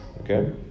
Okay